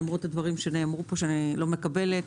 למרות הדברים שנאמרו פה שאיני מקבלת,